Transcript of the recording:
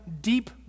deep